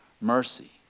mercy